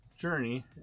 journey